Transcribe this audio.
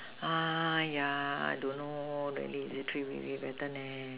ah yeah I don't know really the three maybe better leh